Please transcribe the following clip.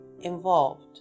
involved